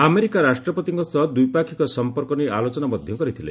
America ରାଷ୍ଟ୍ରପତିଙ୍କ ସହ ଦ୍ୱିପାକ୍ଷିକ ସମ୍ପର୍କ ନେଇ ଆଲୋଚନା ମଧ୍ୟ କରିଥିଲେ